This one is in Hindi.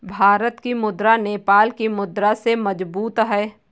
भारत की मुद्रा नेपाल की मुद्रा से मजबूत है